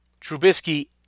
trubisky